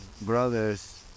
brothers